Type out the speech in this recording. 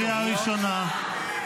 קריאה ראשונה.